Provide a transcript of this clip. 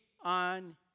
on